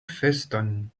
feston